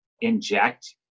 inject